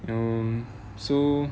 um so